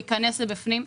יכנס פנימה.